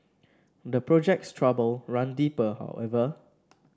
the project's trouble run deeper however